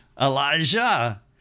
Elijah